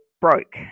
broke